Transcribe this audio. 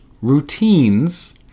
routines